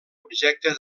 objecte